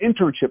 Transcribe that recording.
internship